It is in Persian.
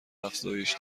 افزایش